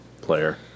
player